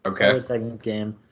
Okay